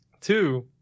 Two